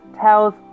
tells